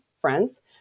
friends